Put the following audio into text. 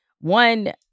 One